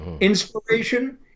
Inspiration